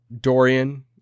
Dorian